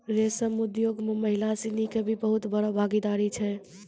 रेशम उद्योग मॅ महिला सिनि के भी बहुत बड़ो भागीदारी छै